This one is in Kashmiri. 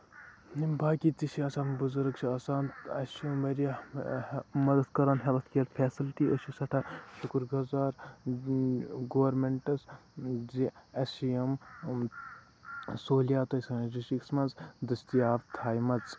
یِم باقٕے تہِ چھِ آسان تِم بُزرٕگ چھِ آسان اسہِ چھُنہٕ واریاہ مدتھ کران ہیٚلٔتھ کِیر فیسَلٹی أسۍ چھِ سیٚٹھاہ شُکُر گُزار یہِ گورمیٚنٛٹَس زِ اَسہِ چھِ یِم سہولِیات سٲنۍ ڈِسٹرکَس منٛز دٔستیاب تھاومَژٕ